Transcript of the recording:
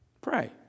Pray